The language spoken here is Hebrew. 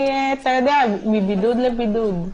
אני, אתה יודע, מבידוד לבידוד.